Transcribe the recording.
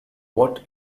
what